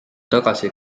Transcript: tagasi